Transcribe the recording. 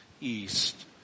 east